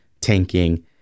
tanking